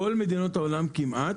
כל מדינות העולם כמעט,